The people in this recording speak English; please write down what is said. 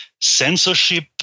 censorship